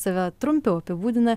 save trumpiau apibūdina